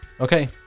Okay